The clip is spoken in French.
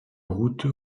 route